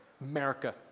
America